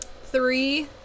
three